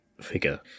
figure